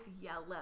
yellow